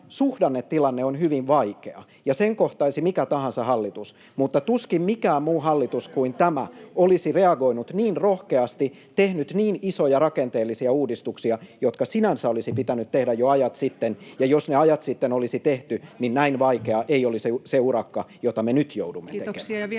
suhdannetilanne on hyvin vaikea, ja sen kohtaisi mikä tahansa hallitus, mutta tuskin mikään muu hallitus kuin tämä olisi reagoinut niin rohkeasti, tehnyt niin isoja rakenteellisia uudistuksia, jotka sinänsä olisi pitänyt tehdä jo ajat sitten — ja jos ne ajat sitten olisi tehty, niin näin vaikea ei olisi se urakka, jota me nyt joudumme tekemään.